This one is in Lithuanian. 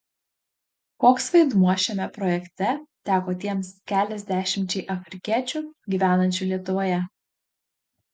koks vaidmuo šiame projekte teko tiems keliasdešimčiai afrikiečių gyvenančių lietuvoje